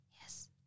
Yes